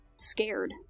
scared